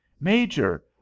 Major